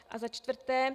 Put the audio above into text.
A za čtvrté.